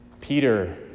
peter